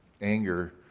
anger